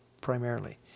primarily